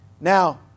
Now